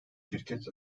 şirket